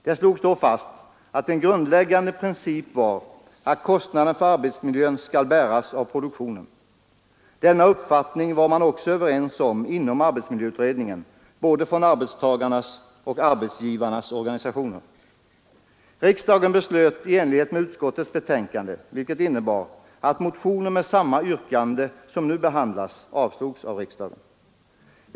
Det slogs då fast att en grundläggande princip var att kostnaden för arbetsmiljön skall bäras av produktionen. Denna uppfattning var man också överens om inom arbetsmiljöutredningen, både från arbetstagarnas och arbetsgivarnas organisationer. Riksdagen beslöt i enlighet med utskottets hemställan, vilket innebar att motioner med samma yrkande som i de motioner som nu behandlas avslogs av riksdagen.